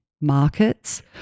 markets